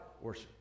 worship